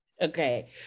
Okay